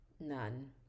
None